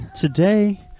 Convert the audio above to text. today